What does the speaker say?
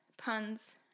puns